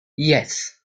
yes